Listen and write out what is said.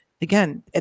again